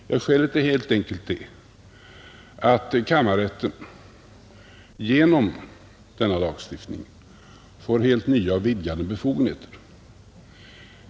Ja, skälet är helt enkelt att kammarrätten genom denna lagstiftning får helt nya och vidgade befogenheter.